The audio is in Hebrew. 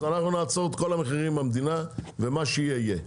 אז אנחנו נעצור את כל המחירים במדינה ומה שיהיה יהיה,